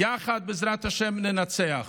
יחד בעזרת השם ננצח,